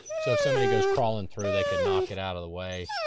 so if somebody goes crawling through they could knock it out of the way.